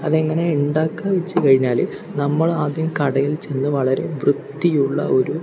അത് എങ്ങനെ ഉണ്ടാക്കുക വച്ച് കഴിഞ്ഞാല് നമ്മൾ ആദ്യം കടയിൽ ചെന്ന് വളരെ വൃത്തിയുള്ള ഒരു